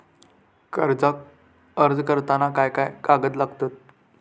कर्जाक अर्ज करताना काय काय कागद लागतत?